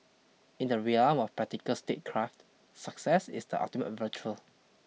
in the realm of practical statecraft success is the ultimate virtual